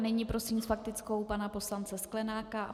Nyní prosím s faktickou pana poslance Sklenáka.